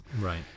Right